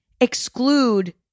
exclude